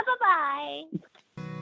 Bye-bye